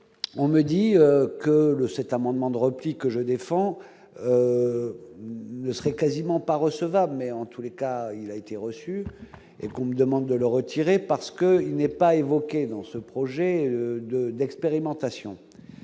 on me dit que le cet amendement de repli que je défends ne serait quasiment pas recevable, mais en tous les cas, il a été reçu et qu'on me demande de le retirer parce que n'est pas évoqué dans ce projet de d'expérimentation,